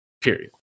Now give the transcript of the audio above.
Period